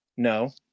No